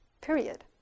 Period